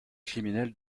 criminel